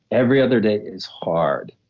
every other day is hard.